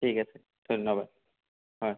ঠিক আছে ধন্য়বাদ হয়